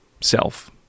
self